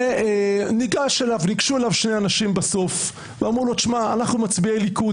וניגשו אליו שני אנשים בסוף ואמרו לו: אנחנו מצביעי ליכוד,